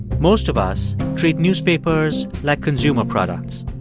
most of us treat newspapers like consumer products,